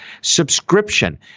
Subscription